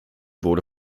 wurde